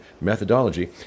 methodology